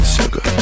sugar